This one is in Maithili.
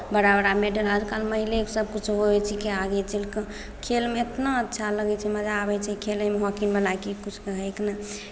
बड़ा बड़ा मैडल आजकल महिलेसभ किछो होइ छिकै आगे चलि कऽ खेलमे इतना अच्छा लगै छै मजा आबै छै खेलयमे हॉकी मने कि किछु कहयके नहि